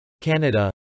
Canada